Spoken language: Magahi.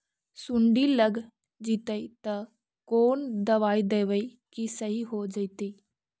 सुंडी लग जितै त कोन दबाइ देबै कि सही हो जितै?